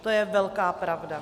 To je velká pravda.